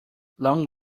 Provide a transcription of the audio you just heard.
long